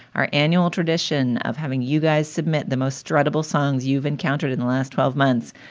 our annual tradition of having you guys submit the most stretchable songs you've encountered in the last twelve months.